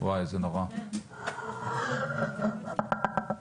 מתווה הגז הרי זו אמירה מורכבת,